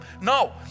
No